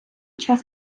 час